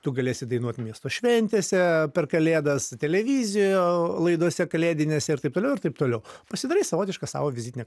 tu galėsi dainuot miesto šventėse per kalėdas televizijo laidose kalėdinėse ir taip toliau ir taip toliau pasidarai savotišką savo vizitinę